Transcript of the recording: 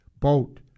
boat